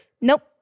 Nope